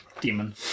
demon